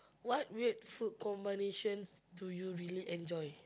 what weird food combinations do you really enjoy